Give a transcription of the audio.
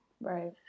Right